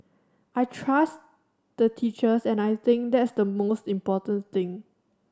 I trust the teachers and I think that's the most important thing